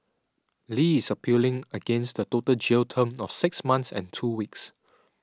Li is appealing against the total jail term of six months and two weeks